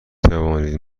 توانید